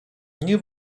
nie